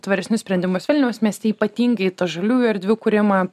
tvaresnius sprendimus vilniaus mieste ypatingai žaliųjų erdvių kurimą